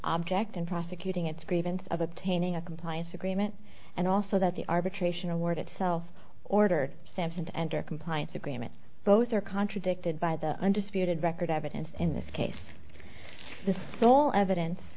object in prosecuting its grievance of obtaining a compliance agreement and also that the arbitration awarded so ordered simpson and her compliance agreement both are contradicted by the undisputed record evidence in this case the sole evidence